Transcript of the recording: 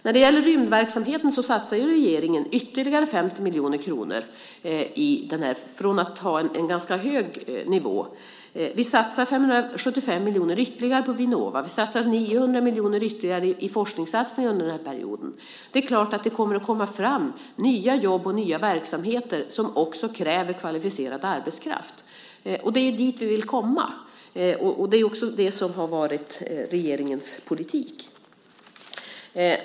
När det gäller rymdverksamheten satsar regeringen ytterligare 50 miljoner kronor från en ganska hög nivå. Vi satsar 575 ytterligare på Vinnova. Vi satsar 900 miljoner ytterligare på forskning under denna period. Det är klart att det kommer att komma fram nya jobb och nya verksamheter som också kräver kvalificerad arbetskraft. Det är dit vi vill komma, och det är också det som har varit regeringens politik.